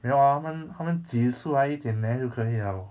没有 ah 她们她们挤出来一点 neh 就可以 liao